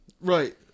right